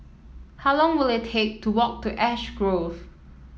how long will it take to walk to Ash Grove